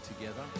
together